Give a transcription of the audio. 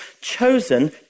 chosen